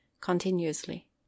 continuously